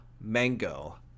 Mango